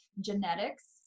genetics